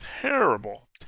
Terrible